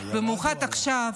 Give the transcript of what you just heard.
במיוחד עכשיו,